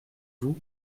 vous